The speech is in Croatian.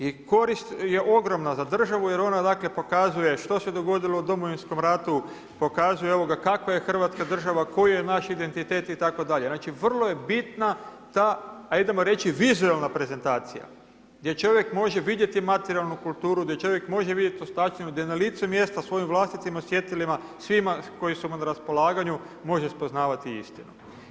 I korist je ogromna za državu jer ona pokazuje što se dogodilo u Domovinskom ratu, pokazuje kakva je Hrvatska država, koji je naš identitet itd. znači vrlo je bitna ta, idemo reći vizuelna prezentacija gdje čovjek može vidjeti materijalnu kulturu, gdje čovjek može vidjeti ostavštinu, gdje na licu mjesta svojim vlastitim osjetilima, svima koji su mu na raspolaganju, može spoznavati istinu.